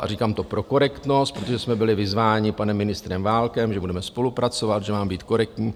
A říkám to pro korektnost, protože jsme byli vyzváni panem ministrem Válkem, že budeme spolupracovat, že mám být korektní.